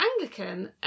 Anglican